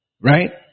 right